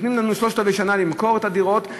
נותנים לנו שלושת-רבעי שנה למכור את הדירות.